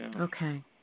Okay